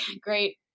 great